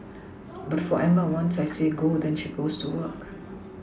but for Emma once I say go then she goes to work